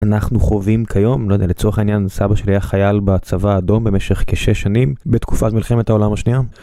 אנחנו חווים כיום לא יודע לצורך העניין סבא שלי היה חייל בצבא אדום במשך כשש שנים בתקופה מלחמת העולם השנייה.